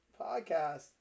podcast